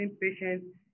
patients